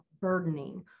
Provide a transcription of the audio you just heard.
burdening